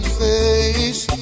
face